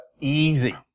easy